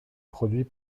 produit